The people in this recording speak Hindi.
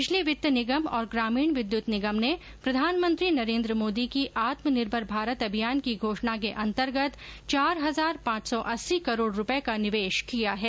बिजली वित्त निगम और ग्रामीण विद्युत निगम ने प्रधानमंत्री नरेन्द्र मोदी की आत्मनिर्भर भारत अभियान की घोषणा के अंतर्गत चार हजार पांच सौ अस्सी करोड़ रूपए का निवेश किया है